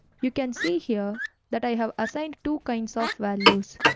you can see here that i have assigned two kinds of values.